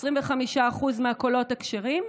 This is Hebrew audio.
25% מהקולות הכשרים,